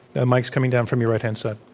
the mic's coming down from your right hand side.